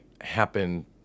happen